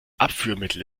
abführmittel